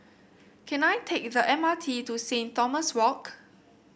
can I take the M R T to Saint Thomas Walk